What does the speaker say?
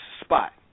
spot